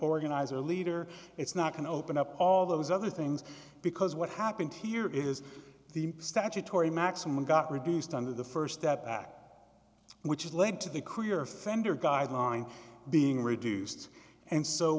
organizer leader it's not going to open up all those other things because what happened here is the statutory maximum got reduced under the st that which has led to the career offender guideline being reduced and so